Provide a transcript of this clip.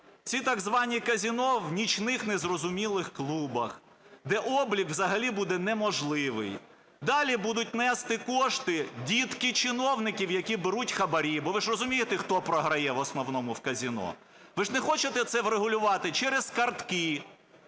ці так звані казино в нічних незрозумілих клубах, де облік взагалі буде неможливий. Далі будуть нести кошти дітки чиновників, які беруть хабарі. Бо ви ж розумієте, хто програє в основному в казино, ви ж не хочете це врегулювати через картки.